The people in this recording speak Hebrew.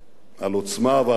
על עוצמה ועל אחריות,